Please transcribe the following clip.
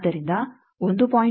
ಆದ್ದರಿಂದ 1